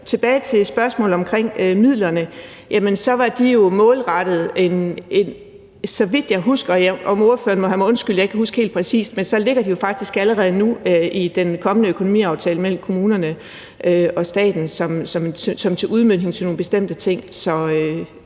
Tilbage til spørgsmålet om midlerne: Så vidt jeg husker, og ordføreren må have mig undskyldt, at jeg ikke kan huske det helt præcist, ligger de faktisk allerede nu i den kommende økonomiaftale mellem kommunerne og staten til udmøntning til nogle bestemte ting.